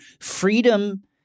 freedom